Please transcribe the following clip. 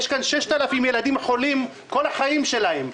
יש כאן 6,000 ילדים חולים כל החיים שלהם.